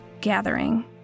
gathering